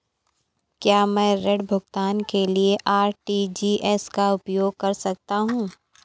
क्या मैं ऋण भुगतान के लिए आर.टी.जी.एस का उपयोग कर सकता हूँ?